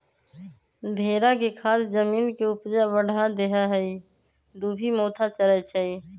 भेड़ा के खाद जमीन के ऊपजा बढ़ा देहइ आ इ दुभि मोथा चरै छइ